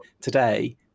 today